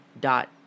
dot